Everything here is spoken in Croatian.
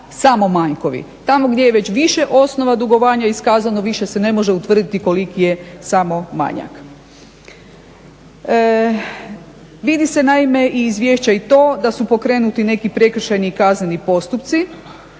samo manjkovi. Tamo gdje je više osnova dugovanja iskazano, više se ne može utvrditi koliki je samo manjak. Vidi se naime i iz izvješća i to da su pokrenuti neki prekršajni i kazneni postupci